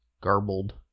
Garbled